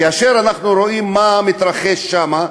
כאשר אנחנו רואים מה מתרחש שם,